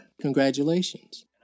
Congratulations